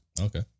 Okay